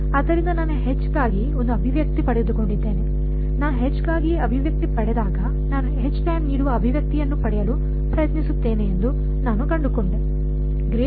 ಆದ್ದರಿಂದ ನಾನು ಗಾಗಿ ಒಂದು ಅಭಿವ್ಯಕ್ತಿ ಪಡೆದುಕೊಂಡಿದ್ದೇನೆ ನಾನು ಗಾಗಿ ಅಭಿವ್ಯಕ್ತಿ ಪಡೆದಾಗ ನಾನು ನೀಡುವ ಅಭಿವ್ಯಕ್ತಿಯನ್ನು ಪಡೆಯಲು ಪ್ರಯತ್ನಿಸುತ್ತೇನೆ ಎಂದು ನಾನು ಕಂಡುಕೊಂಡೆ